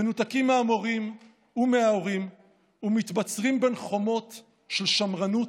מנותקים מהמורים ומההורים ומתבצרים בין חומות של שמרנות,